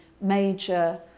major